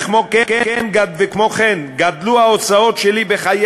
וכן גדלו ההוצאות שלי בחיי